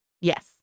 Yes